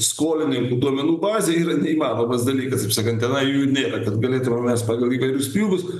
skolininkų duomenų bazėje yra neįmanomas dalykas kaip sakant tenai jų nėra kad galėtume pagal įvairius pjūvius